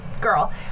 girl